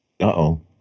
Uh-oh